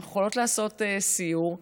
אנחנו יכולות לעשות סיור.